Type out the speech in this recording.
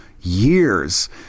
years